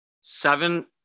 seven